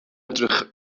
edrych